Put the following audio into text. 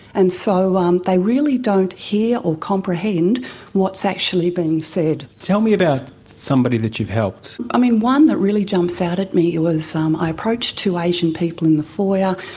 and so um they really don't hear or comprehend what is actually being said. tell me about somebody that you've helped. i mean, one that really jumps out at me was um i approached two asian people in the foyer.